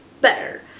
better